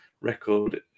record